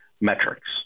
metrics